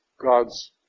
God's